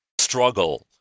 struggle